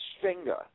finger